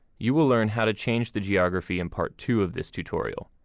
you will learn how to change the geography in part two of this tutorial.